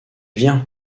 viens